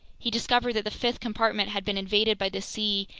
he discovered that the fifth compartment had been invaded by the sea,